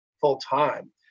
full-time